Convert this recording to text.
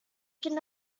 can